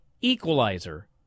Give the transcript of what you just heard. equalizer